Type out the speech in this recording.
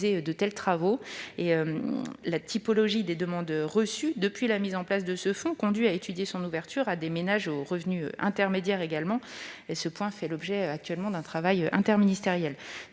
de tels travaux. La typologie des demandes reçues depuis la mise en place de ce fonds conduit à étudier son ouverture à des ménages aux revenus intermédiaires. Ce point fait l'objet d'un travail interministériel.